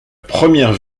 première